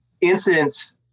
incidents